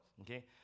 Okay